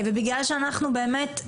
ובגלל שאנחנו באמת,